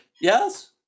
yes